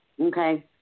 Okay